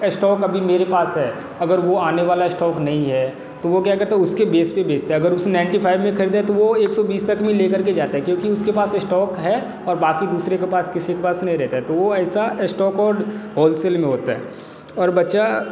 stock अभी मेरे पास है अगर वो आने वाले इस्टॉक नहीं है तो वो क्या करता है उसके बेस पर बेचता है अगर उसने नाइंटी फाइव में ख़रीदा है तो वो एक सौ बीस तक में ले कर के जाता है क्योंकि उसके पास इस्टॉक है और बाकि दूसरे के पास किसी के पास नहीं रहता है तो वो ऐसा एस्टॉक और होलसेल में होता है और बचा